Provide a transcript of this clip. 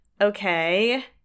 okay